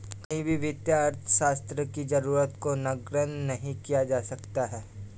कहीं भी वित्तीय अर्थशास्त्र की जरूरत को नगण्य नहीं किया जा सकता है